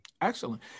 Excellent